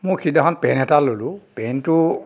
মোৰ সিদিনাখন পেণ্ট এটা ললোঁ পেণ্টটো